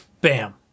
bam